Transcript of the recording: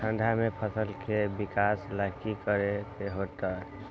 ठंडा में फसल के विकास ला की करे के होतै?